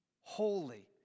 Holy